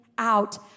Out